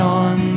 on